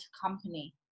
company